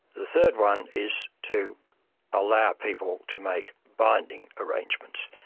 the third one is to allow people to make binding arrangements.